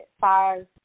five